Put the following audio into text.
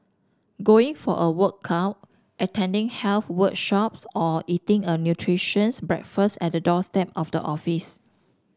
going for a workout attending health workshops or eating a breakfast at the doorstep of the office